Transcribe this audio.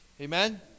Amen